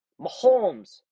Mahomes